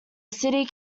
city